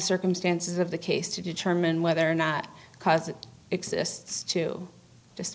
circumstances of the case to determine whether or not because it exists to